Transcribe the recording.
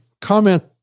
comment